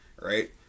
Right